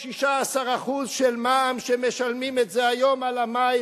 16% של מע"מ שמשלמים את זה היום על המים,